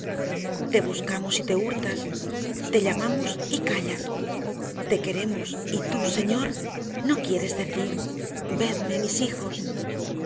te buscamos y te hurtas te llamamos y callas te queremos y tú señor no quieres decir vedme mis hijos